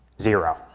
zero